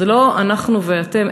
זה לא אנחנו ואתם.